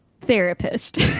therapist